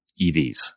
EVs